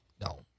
No